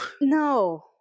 No